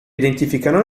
identificano